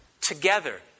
together